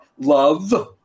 love